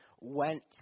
went